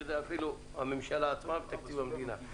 ואפילו הממשלה עצמה ותקציב המדינה.